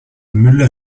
müller